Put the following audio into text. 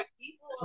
people